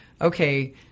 okay